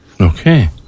Okay